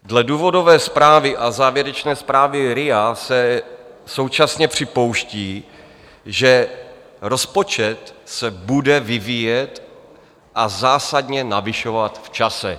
Dle důvodové zprávy a závěrečné zprávy RIA se současně připouští, že rozpočet se bude vyvíjet a zásadně navyšovat v čase.